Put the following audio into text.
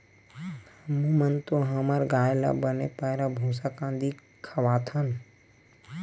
हमू मन तो हमर गाय ल बने पैरा, भूसा, कांदी खवाथन